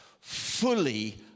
fully